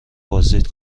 بازدید